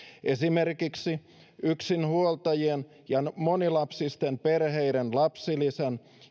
esimerkiksi yksinhuoltajien ja monilapsisten perheiden lapsilisän